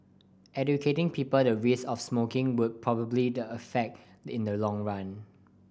educating people the risk of smoking would probably the affect in the long run